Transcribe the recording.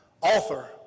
author